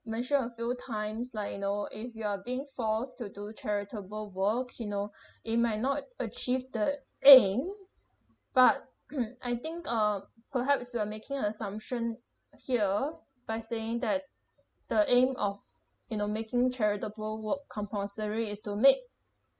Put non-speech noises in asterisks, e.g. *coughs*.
mentioned a few times like you know if you are being forced to do charitable work you know it might not achieved the aim but *coughs* I think uh perhaps you are making an assumption here by saying that the aim of you know making charitable work compulsory is to make